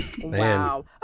Wow